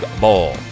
Bowl